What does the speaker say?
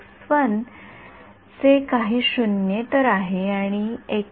या ऑर्थोगोनल बेसिसवर जर मी कॉइफिसिएंट मधला केवळ एक चतुर्थांश भाग ठेवतो तर मला ते मिळते